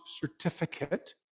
certificate